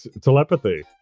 telepathy